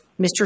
Mr